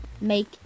make